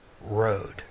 road